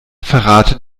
verrate